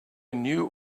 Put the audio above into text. new